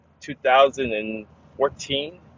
2014